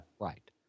Right